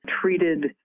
treated